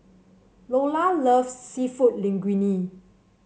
Loula loves seafood Linguine